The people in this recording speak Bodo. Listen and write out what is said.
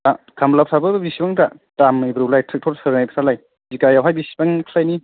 खामलाफ्राबो बेसेबां दा दाम दालाय ट्रेक्टर सालायनायफ्रालाय बिगायावहाय बिसिबांफ्रायनि